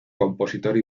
compositor